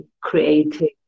creating